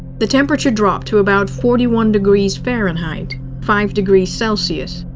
the temperature dropped to about forty one degrees fahrenheit five degrees celcius.